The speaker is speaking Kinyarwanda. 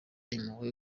impuhwe